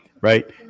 Right